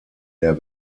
der